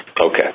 Okay